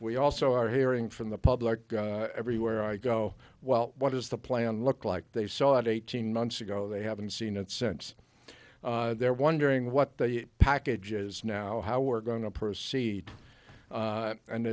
we also are hearing from the public everywhere i go well what is the plan look like they saw at eighteen months ago they haven't seen it since they're wondering what the package is now how we're going to proceed a